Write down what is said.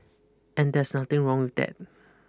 and there's nothing wrong with that